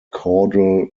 caudal